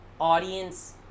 audience